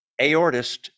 aortist